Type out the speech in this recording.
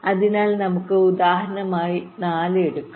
അതിനാൽ നമുക്ക് ഉദാഹരണമായി നാല് എടുക്കാം